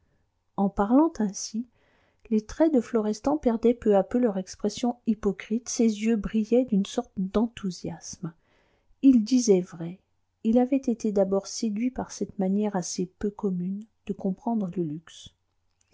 en parlant ainsi les traits de florestan perdaient peu à peu leur expression hypocrite ses yeux brillaient d'une sorte d'enthousiasme il disait vrai il avait été d'abord séduit par cette manière assez peu commune de comprendre le luxe